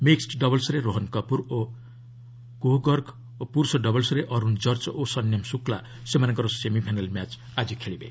mixed ଡବଲ୍ସ୍ରେ Rohan Kapoor ଓ କୁହୁଗର୍ଗ ଓ ପୁରୁଷ ଡବଲ୍ସ୍ରେ Arun cork ଓ ସନ୍ୟମ୍ ଶୁକ୍ଲ ସେମାନଙ୍କର semifinal match ଆଜି ଖେଳିବେ